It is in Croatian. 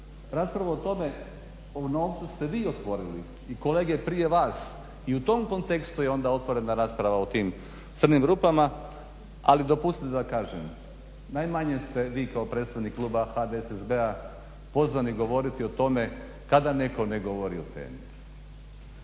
Raspravu o novcu ste vi otvorili i kolege prije vas i u tom kontekstu je otvorena rasprava o tim crnim rupama. Ali dopustite da kažem najmanje ste vi kao predstavnik kluba HDSSB-a pozvani govoriti o tome kada netko ne govori o temi.